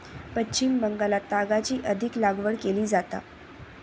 पश्चिम बंगालात तागाची अधिक लागवड केली जाता